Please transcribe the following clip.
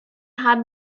have